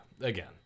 again